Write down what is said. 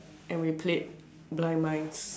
and we played blind mice